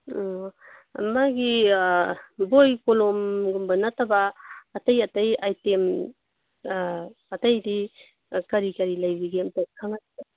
ꯑꯥ ꯃꯥꯒꯤ ꯕꯣꯏ ꯀꯣꯂꯣꯝꯒꯨꯝꯕ ꯅꯠꯇꯕ ꯑꯇꯩ ꯑꯇꯩ ꯑꯥꯏꯇꯦꯝ ꯑꯇꯩꯗꯤ ꯀꯔꯤ ꯀꯔꯤ ꯂꯩꯕꯤꯒꯦ ꯑꯝꯇ ꯈꯪꯍꯜ